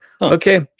okay